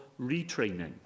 retraining